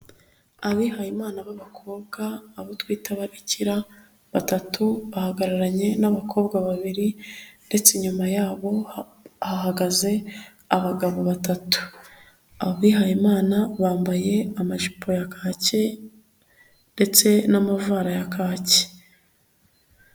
Abihayimana b'abakobwa abo twita ababikira batatu bahagararanye n'abakobwa babiri ndetse inyuma yabo ahagaze abagabo batatu, abihayimana bambaye amajipo ya kaki ndetse n'amavara ya kaki.